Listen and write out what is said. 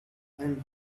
and